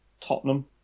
Tottenham